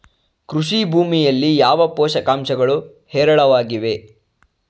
ಕೃಷಿ ಭೂಮಿಯಲ್ಲಿ ಯಾವ ಪೋಷಕಾಂಶಗಳು ಹೇರಳವಾಗಿವೆ?